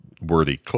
worthy